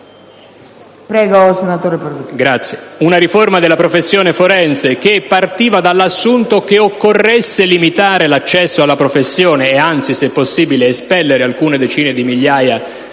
sulla riforma della professione forense che partiva dall'assunto che occorresse limitare l'accesso alla professione e anzi, se possibile, espellere alcune decine di migliaia